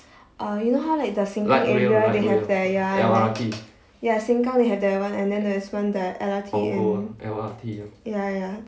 uh you know how like the siglap area they have there ya ya sengkang they have the one and there is one the L_R_T ya ya